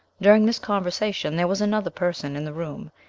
during this conversation there was another person in the room,